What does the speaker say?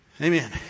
Amen